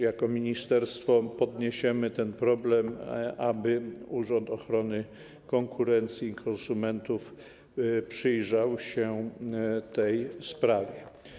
Jako ministerstwo podniesiemy ten problem, aby Urząd Ochrony Konkurencji i Konsumentów przyjrzał się tej sprawie.